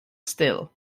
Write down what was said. still